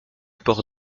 port